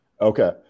Okay